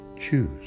choose